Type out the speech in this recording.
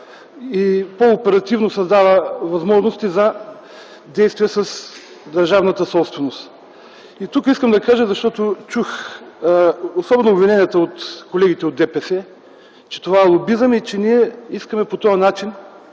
и по-оперативно създава възможности за действия с държавната собственост. И тук искам да кажа, тука чух, особено обвиненията от ДПС, че това е лобизъм и че ние искаме по този начин